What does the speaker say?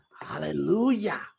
Hallelujah